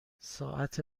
ساعت